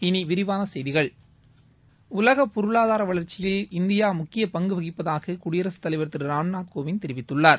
உலக பொருளாதார வளர்ச்சியில் இந்தியா முக்கிய பங்கு வகிப்பதாக குடியரசுத்தலைவர் திரு ராம்நாத் கோவிந்த் தெரிவித்துள்ளார்